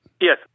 Yes